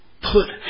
put